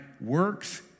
works